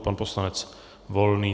Pan poslanec Volný.